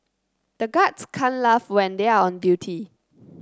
the guards can't laugh when they are on duty